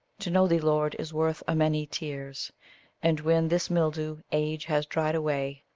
to know thee, lord, is worth a many tears and when this mildew, age, has dried away,